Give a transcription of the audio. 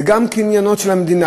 זה גם קניין של המדינה,